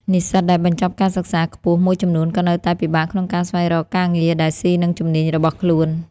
និស្សិតដែលបញ្ចប់ការសិក្សាខ្ពស់មួយចំនួនក៏នៅតែពិបាកក្នុងការស្វែងរកការងារដែលស៊ីនឹងជំនាញរបស់ខ្លួន។